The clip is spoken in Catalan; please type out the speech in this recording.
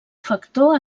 factor